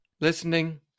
listening